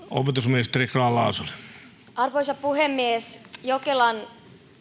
arvoisa puhemies jokelan